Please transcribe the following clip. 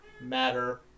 matter